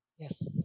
Yes